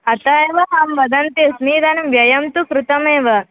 अतः एव अहं वदन्ती अस्मि इदानीं व्ययं तु कृतमेव